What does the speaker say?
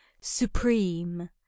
supreme